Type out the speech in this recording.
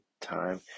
time